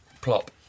Plop